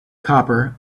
copper